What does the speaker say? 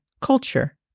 culture